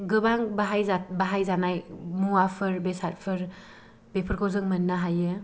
गोबां बाहायजानाय मुवाफोर बेसादफोर बेफोरखौ जों मोननो हायो